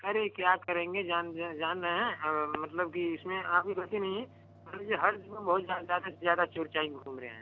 अरे क्या करेंगे जान जान रहे हैं मतलब कि इसमें आपकी गलती नहीं है मान लीजिए हर जगह बहुत ज़्यादा से ज़्यादा चोर चाई घूम रहे हैं